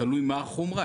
תלוי מה החומרה,